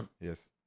Yes